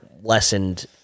lessened